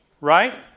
right